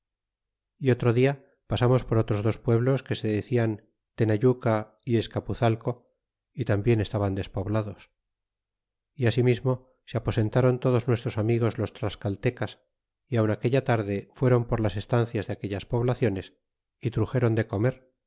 é otro dia pasamos por otros dos pueblos que se decian tenayuca y escapuzalco y tanabien estaban despoblados y asimismo se aposentaron todos nuestros amigos los tlascaltecas y aun aquella tarde fueron per las estancias de aquellas poblaciones y truxéron de comer